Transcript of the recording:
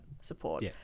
support